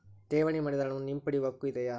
ಠೇವಣಿ ಮಾಡಿದ ಹಣವನ್ನು ಹಿಂಪಡೆಯವ ಹಕ್ಕು ಇದೆಯಾ?